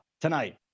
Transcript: tonight